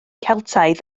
celtaidd